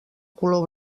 color